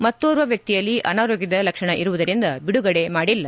ಮತ್ತೋರ್ವ ವ್ಯಕ್ತಿಯಲ್ಲಿ ಆನಾರೋಗ್ಯದ ಲಕ್ಷಣ ಇರುವುದರಿಂದ ಬಿಡುಗಡೆ ಮಾಡಿಲ್ಲ